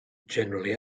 generally